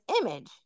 image